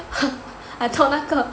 I thought 那个